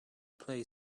play